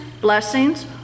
blessings